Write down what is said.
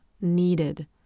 needed